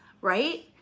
right